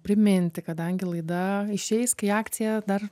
priminti kadangi laida išeis kai akcija dar